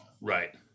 Right